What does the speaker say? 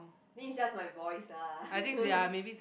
then it's just my voice lah